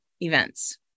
events